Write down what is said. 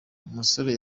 umusore